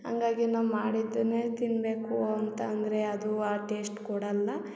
ಹಂಗಾಗಿ ನಾವು ಮಾಡಿದ್ದನ್ನೇ ತಿನ್ನಬೇಕು ಅಂತ ಅಂದರೆ ಅದು ಆ ಟೇಶ್ಟ್ ಕೊಡಲ್ಲ